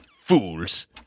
fools